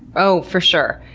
oh, for sure.